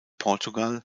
portugal